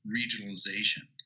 regionalization